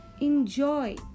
Enjoy